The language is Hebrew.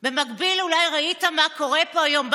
במקביל, אולי ראית מה קורה פה היום.